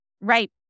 Right